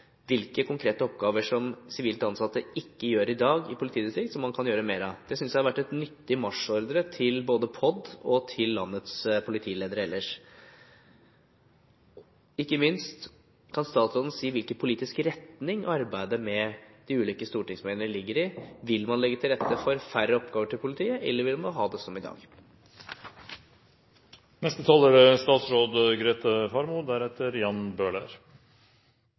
hvilke konkrete oppgaver som sivilt ansatte ikke gjør i dag i politidistrikter, som man kan gjøre mer av? Det synes jeg hadde vært en nyttig marsjordre til både POD og til landets politiledere ellers. Ikke minst: Kan statsråden si noe om hvilken politisk retning arbeidet med de ulike stortingsmeldingene ligger i? Vil man legge til rette for færre oppgaver til politiet, eller vil man ha det som i